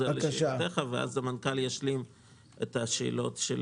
אליך ואחר כך המנכ"ל ישלים את התשובות לשאלות של